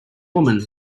women